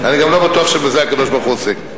אני גם לא בטוח שבזה הקדוש-ברוך-הוא עוסק.